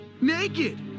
naked